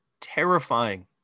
terrifying